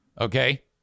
Okay